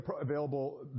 available